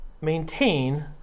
maintain